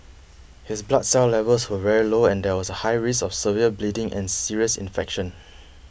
his blood cell levels were very low and there was a high risk of severe bleeding and serious infection